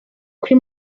kuri